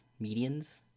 Medians